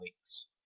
Link's